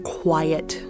quiet